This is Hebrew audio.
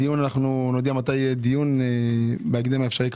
נודיע מתי יהיה דיון בהקדם האפשרי,